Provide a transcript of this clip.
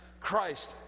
Christ